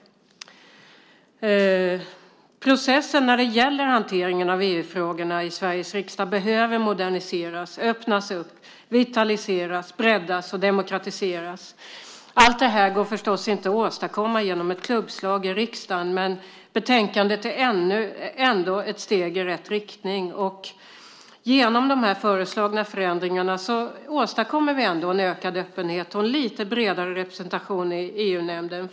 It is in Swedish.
Processen när det gäller hanteringen av EU-frågorna i Sveriges riksdag behöver moderniseras, öppnas, vitaliseras, breddas och demokratiseras. Allt detta går förstås inte att åstadkomma genom ett klubbslag i riksdagen, men betänkandet är ändå ett steg i rätt riktning. Genom de föreslagna förändringarna åstadkommer vi ändå en ökad öppenhet och en lite bredare representation i EU-nämnden.